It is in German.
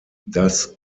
das